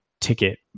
ticket